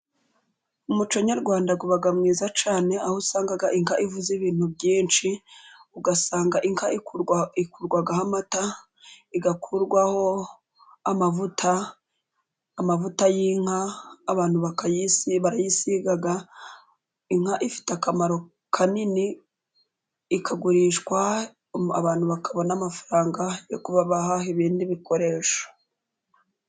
Umuco nyarwanda uba mwiza cyane aho usanga inka ivuze ibintu byinshi ,ugasanga inka ikurwa ikurwaho amata, igakurwaho amavuta, amavuta y'inka abantu bakayisiga, barayisiga inka ifite akamaro kanini, ikagurishwa ,abantu bakabona amafaranga yo kuba bahaha ibindi bikoresho.